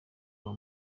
kuva